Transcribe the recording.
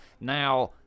now